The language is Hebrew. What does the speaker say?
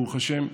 ברוך השם.